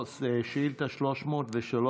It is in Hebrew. שאילתה 303,